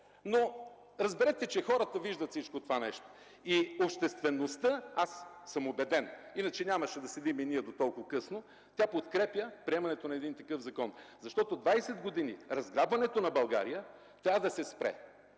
Но разберете, че хората виждат всичко това и обществеността – аз съм убеден, иначе нямаше да стоим и ние до толкова късно – тя подкрепя приемането на един такъв закон. Защото 20 години разграбването на България трябва да спре.